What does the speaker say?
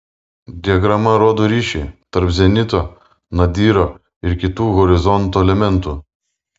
diagrama rodo ryšį tarp zenito nadyro ir kitų horizonto elementų